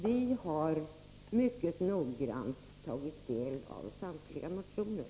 Vi har mycket noggrant tagit del av samtliga motioner.